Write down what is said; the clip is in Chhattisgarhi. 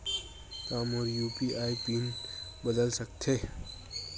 का मोर यू.पी.आई पिन बदल सकथे?